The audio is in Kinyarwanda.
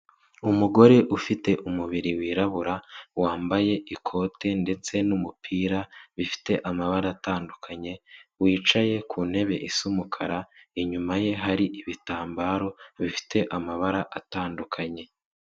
Umugore ufite umubiri wirabura wambaye ikote ndetse n'umupira bifite amabara atandukanye, wicaye ku ntebe isa umukara inyuma ye hari ibitambaro bifite amabara atandukanye.